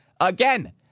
Again